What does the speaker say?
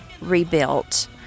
rebuilt